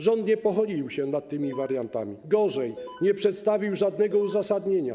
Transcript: Rząd nie pochylił się nad tymi wariantami, gorzej, nie przedstawił żadnego uzasadnienia.